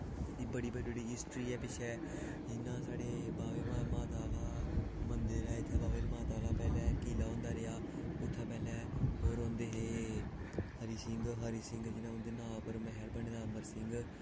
एह् बड़ी बड़ी हिस्टरी ऐ पिच्छें जियां साढ़े बाह्वे माता आह्ला मन्दर ऐ इत्थें बाह्वे आह्ली माता दा पैह्ले कि'ला होंदा रेहा उत्थैं पैह्लें ओह् रौंह्दे हे हरि सिंह् हरि सिंह् जियां उं'दे नांऽ उप्पर मैह्ल बने दा अमर सिंह्